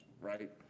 right